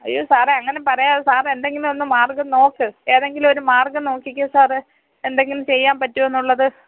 അയ്യോ സാറേ അങ്ങനെ പറയാതെ സാർ എന്തെങ്കിലും ഒന്ന് മാർഗം നോക്ക് ഏതെങ്കിലും ഒരു മാർഗം നോക്കിക്കേ സാറേ എന്തെങ്കിലും ചെയ്യാൻ പറ്റുമോന്നുള്ളത്